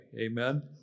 amen